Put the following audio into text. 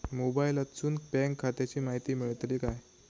मोबाईलातसून बँक खात्याची माहिती मेळतली काय?